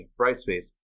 Brightspace